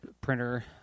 printer